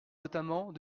notamment